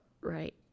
Right